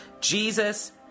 Jesus